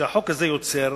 שהחוק הזה יוצר,